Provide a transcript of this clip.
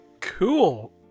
Cool